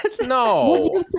no